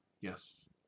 Yes